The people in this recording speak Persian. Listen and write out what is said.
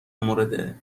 مورد